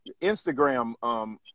Instagram